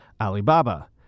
Alibaba